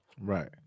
Right